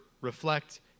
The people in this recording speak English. reflect